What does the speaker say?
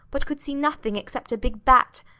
but could see nothing, except a big bat,